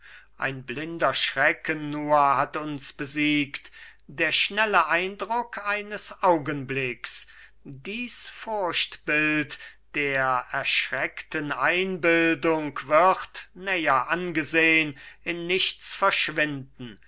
ein blinder schrecken nur hat uns besiegt der schnelle eindruck eines augenblicks dies furchtbild der erschreckten einbildung wird näher angesehn in nichts verschwinden